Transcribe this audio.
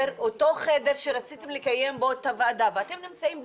אותו חדר שרציתם לקיים בו את הוועדה ואתם נמצאים ב"זום",